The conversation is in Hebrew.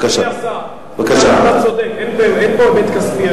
אדוני השר, אתה צודק, אין באמת היבט כספי.